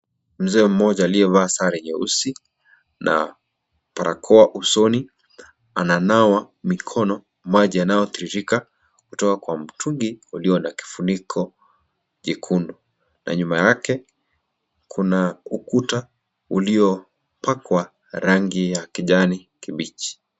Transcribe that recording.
Mzee mmoja aliyevaa sare nyeusi na barakoa usoni ananawa mikono na maji yanayotiririka kutoka kwa mtungi uliona kifuniko chekundu na nyuma yake kuna ukuta uliopakwa rangi ya kijani kibichi.